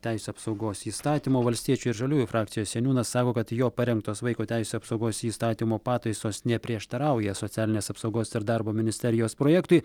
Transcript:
teisių apsaugos įstatymo valstiečių ir žaliųjų frakcijos seniūnas sako kad jo parengtos vaiko teisių apsaugos įstatymo pataisos neprieštarauja socialinės apsaugos ir darbo ministerijos projektui